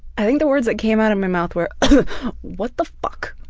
i think the words that came out of my mouth were um what the fuck!